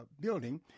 building